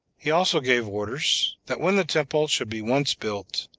he also gave orders, that when the temple should be once built,